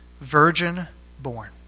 virgin-born